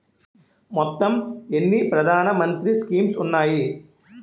మొత్తం ఎన్ని ప్రధాన మంత్రి స్కీమ్స్ ఉన్నాయి?